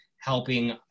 helping